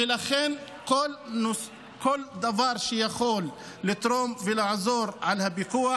ולכן כל דבר יכול לתרום ולעזור בפיקוח.